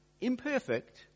imperfect